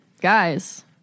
Guys